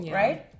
right